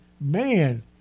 man